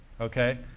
Okay